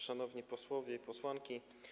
Szanowni Posłowie i Posłanki!